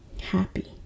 happy